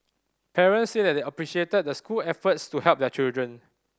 parents said that they appreciated the school's efforts to help their children